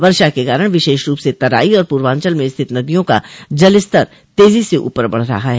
वर्षा के कारण विशेष रूप से तराई और पूर्वांचल में स्थित नदियों का जलस्तर तेजी से ऊपर बढ़ रहा है